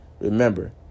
remember